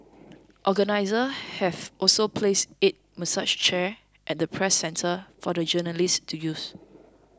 organiser have also placed eight massage chairs at the Press Centre for the journalists to use